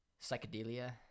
psychedelia